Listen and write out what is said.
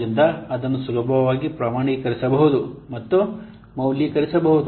ಆದ್ದರಿಂದ ಅದನ್ನು ಸುಲಭವಾಗಿ ಪ್ರಮಾಣೀಕರಿಸಬಹುದು ಮತ್ತು ಮೌಲ್ಯೀಕರಿಸಬಹುದು